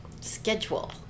schedule